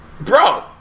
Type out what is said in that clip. Bro